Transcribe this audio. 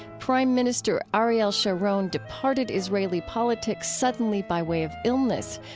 prime minister ah ariel sharon departed israeli politics suddenly by way of illness.